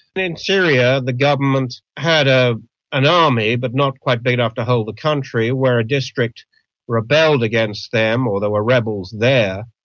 and in syria the government government had ah an army but not quite big enough to hold the country. where a district rebelled against them or there were rebels there,